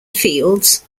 fields